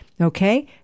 Okay